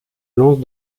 lance